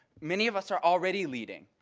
many of us are already leading.